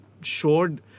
showed